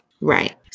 Right